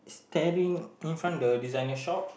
tearing the in front the designer shop